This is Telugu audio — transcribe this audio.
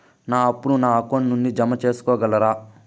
నా అప్పును నా అకౌంట్ నుండి జామ సేసుకోగలరా?